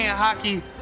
hockey